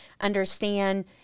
understand